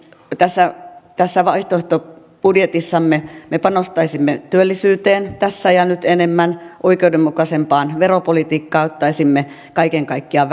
tässä tässä vaihtoehtobudjetissamme me panostaisimme työllisyyteen tässä ja nyt enemmän oikeudenmukaisempaan veropolitiikkaan ottaisimme kaiken kaikkiaan